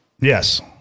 Yes